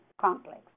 complex